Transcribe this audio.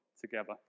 together